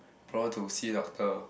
brought her to see doctor